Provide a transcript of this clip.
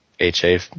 HA